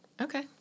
Okay